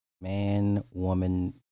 man-woman